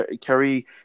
carry